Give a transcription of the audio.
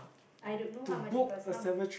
I don't know how much it cost how